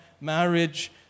marriage